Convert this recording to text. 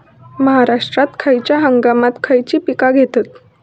महाराष्ट्रात खयच्या हंगामांत खयची पीका घेतत?